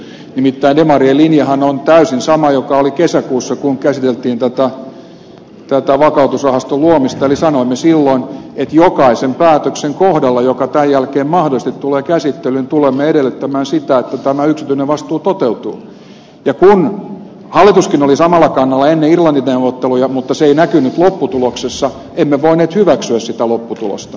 nimittäin demarien linjahan on täysin sama kuin oli kesäkuussa kun käsiteltiin tätä vakautusrahaston luomista eli sanoimme silloin että jokaisen päätöksen kohdalla joka tämän jälkeen mahdollisesti tulee käsittelyyn tulemme edellyttämään sitä että tämä yksityinen vastuu toteutuu ja kun hallituskin oli samalla kannalla ennen irlanti neuvotteluja mutta se ei näkynyt lopputuloksessa emme voineet hyväksyä sitä lopputulosta